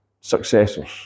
successors